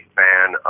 fan